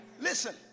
listen